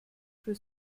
für